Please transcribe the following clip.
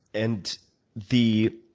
and the